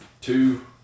two